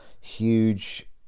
huge